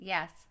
Yes